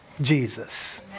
Jesus